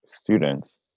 students